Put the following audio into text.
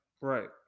right